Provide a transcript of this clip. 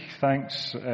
Thanks